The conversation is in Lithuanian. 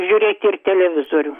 žiūrėti ir televizorių